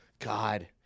God